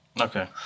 okay